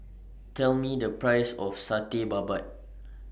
Tell Me The Price of Satay Babat